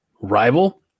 rival